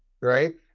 right